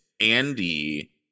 Andy